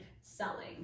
selling